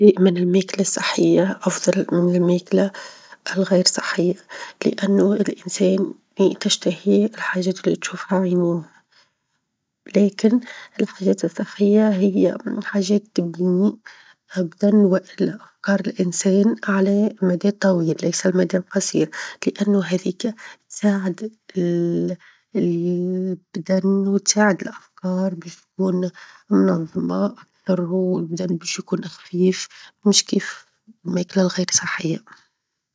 دائما الماكلة الصحية أفظل من الماكلة الغير صحية؛ لأنه الإنسان تشتهي الحاجات اللي تشوفها عينيه، لكن الحاجات الصحية هي حاجات تبنى بدن، والا أفكار الإنسان على مدى طويل، ليس المدى القصير؛ لأنه هذيك تساعد البدن، وتساعد الأفكار باش تكون منظمة أكثر، والبدن باش يكون خفيف، مش كيف الماكلة الغير صحية.